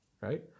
right